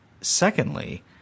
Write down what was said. secondly